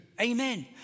Amen